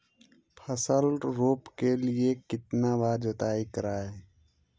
फसल रोप के लिय कितना बार जोतई करबय?